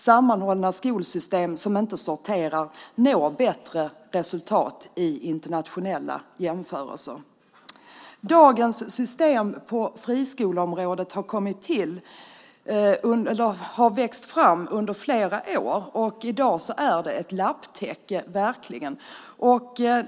Sammanhållna skolsystem som inte sorterar når bättre resultat i internationella jämförelser. Dagens system på friskoleområdet har växt fram under flera år. I dag är det ett lapptäcke.